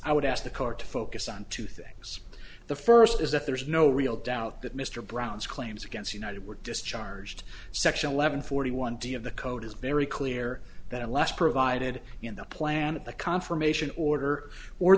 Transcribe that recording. i would ask the court to focus on two things the first is that there is no real doubt that mr brown's claims against united were discharged section eleven forty one d of the code is very clear that unless provided in the plan of the confirmation order or